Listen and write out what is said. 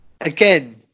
Again